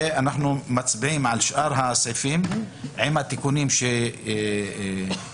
ומצביעים על שאר הסעיפים עם התיקונים שאמרנו,